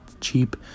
cheap